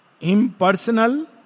Impersonal